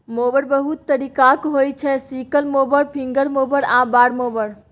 mower बहुत तरीकाक होइ छै सिकल मोबर, फिंगर मोबर आ बार मोबर